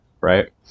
right